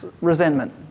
resentment